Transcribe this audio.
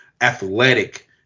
athletic